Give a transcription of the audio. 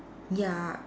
ya